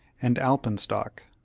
and alpenstock.